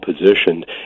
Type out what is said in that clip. positioned